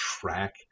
track